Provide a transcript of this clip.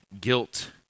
guilt